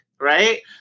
right